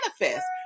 manifest